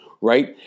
right